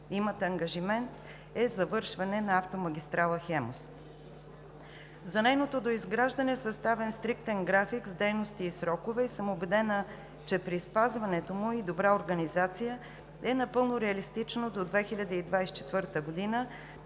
имат ангажимент, е завършване на автомагистрала „Хемус“. За нейното доизграждане е съставен стриктен график с дейности и срокове. Убедена съм, че при спазването му и добра организация е напълно реалистично до 2024 г.